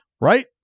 right